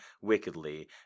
wickedly